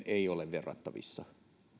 ei ole verrattavissa